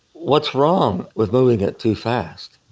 what's wrong with moving it too fast?